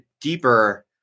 deeper